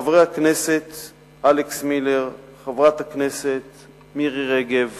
חברי הכנסת אלכס מילר וחברת הכנסת מירי רגב